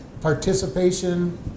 participation